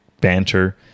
banter